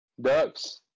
Ducks